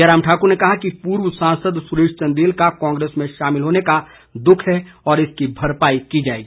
जयराम ठाकुर ने कहा कि पूर्व सांसद सुरेश चंदेल का कांग्रेस में शामिल होने का दुख है और इसकी भरपाई की जाएगी